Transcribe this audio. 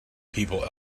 people